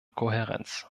kohärenz